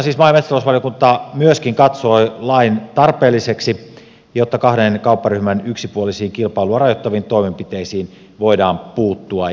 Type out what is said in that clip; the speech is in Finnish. maa ja metsätalousvaliokunta myöskin katsoi lain tarpeelliseksi jotta kahden kaupparyhmän yksipuolisiin kilpailua rajoittaviin toimenpiteisiin voidaan puuttua